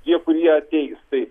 tie kurie ateis tai